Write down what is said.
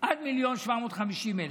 עד 1.75 מיליון.